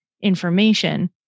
information